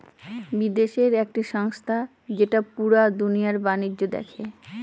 বিদেশের একটি সংস্থা যেটা পুরা দুনিয়ার বাণিজ্য দেখে